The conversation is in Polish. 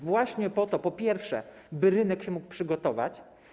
Właśnie po to, by po pierwsze rynek się mógł przygotować.